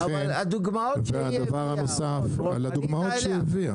ולכן והדבר הנוסף על הדוגמאות שהיא הביאה